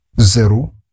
zero